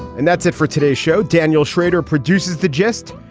and that's it for today's show. daniel schrader produces the gist.